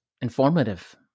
informative